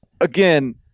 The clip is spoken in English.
Again